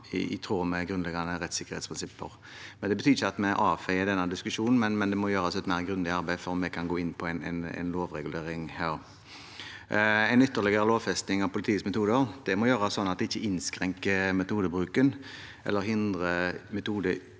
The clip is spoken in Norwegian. i tråd med grunnleggende rettssikkerhetsprinsipper. Det betyr ikke at vi avfeier denne diskusjonen, men det må gjøres et mer grundig arbeid før vi kan gå inn på en lovregulering her. En ytterligere lovfesting av politiets metoder må gjøres sånn at det ikke innskrenker metodebruken eller hindrer